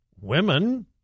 women